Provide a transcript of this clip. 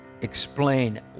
explain